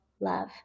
love